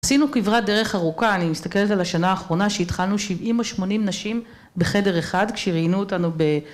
עשינו כברת דרך ארוכה, אני מסתכלת על השנה האחרונה שהתחלנו 70 או 80 נשים בחדר אחד כשראיינו אותנו ב...